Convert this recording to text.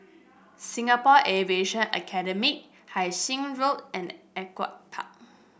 Singapore Aviation Academy Hai Sing Road and Ewart Park